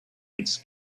its